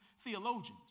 theologians